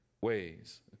ways